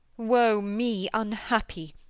woe me unhappy,